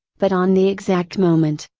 but on the exact moment.